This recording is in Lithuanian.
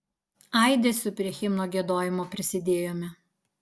aidesiu prie himno giedojimo prisidėjome